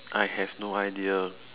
I have no idea